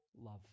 love